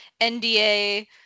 NDA